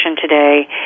today